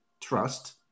Trust